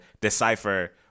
decipher